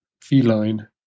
Feline